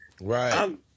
Right